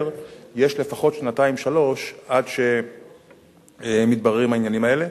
יש לפחות שנתיים-שלוש עד שמתבררים העניינים האלה.